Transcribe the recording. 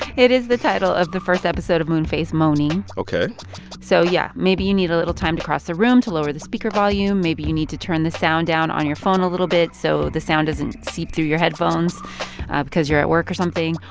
it is the title of the first episode of moonface moaning ok so, yeah, maybe you need a little time to cross the room, to lower the speaker volume. maybe you need to turn the sound down on your phone a little bit so the sound doesn't seep through your headphones because you're at work or something.